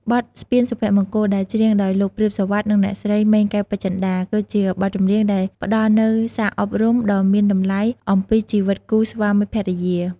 បទ ស្ពានសុភមង្គល ដែលច្រៀងដោយលោក ព្រាប សុវត្ថិ និងអ្នកស្រី ម៉េង កែវពេជ្ជតា គឺជាបទចម្រៀងដែលផ្តល់នូវសារអប់រំដ៏មានតម្លៃអំពីជីវិតគូស្វាមីភរិយា។